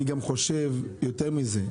ואני גם חושב יותר מזה,